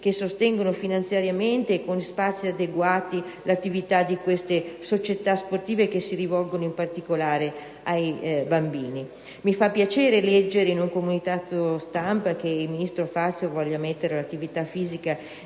a sostenere finanziariamente e con spazi adeguati l'attività delle società sportive che si rivolgono in particolare ai bambini. Mi fa piacere leggere in un comunicato stampa che il ministro Fazio intende inserire l'attività fisica